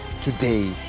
today